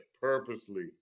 purposely